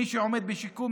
מי שעומד בשיקום,